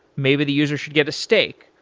maybe the user should get a steak.